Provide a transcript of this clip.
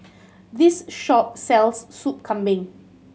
this shop sells Sop Kambing